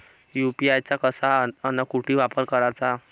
UPI चा कसा अन कुटी वापर कराचा?